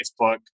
Facebook